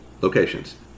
locations